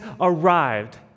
arrived